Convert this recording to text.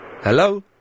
Hello